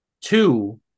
Two